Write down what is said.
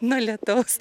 nuo lietaus